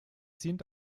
sind